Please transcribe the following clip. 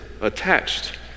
attached